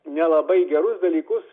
nelabai gerus dalykus